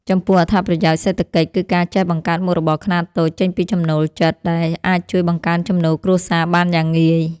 ចំពោះ អត្ថប្រយោជន៍សេដ្ឋកិច្ច គឺការចេះបង្កើតមុខរបរខ្នាតតូចចេញពីចំណូលចិត្ត ដែលអាចជួយបង្កើនចំណូលគ្រួសារបានយ៉ាងងាយ។